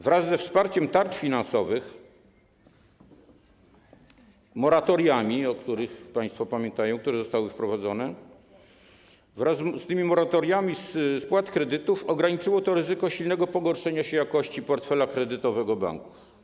Wraz ze wsparciem z tarcz finansowych i moratoriami, o których państwo pamiętają, które zostały wprowadzone - chodzi o moratoria spłat kredytów - ograniczyło to ryzyko silnego pogorszenia się jakości portfela kredytowego banków.